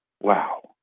Wow